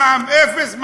מע"מ אפס,